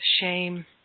shame